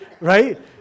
right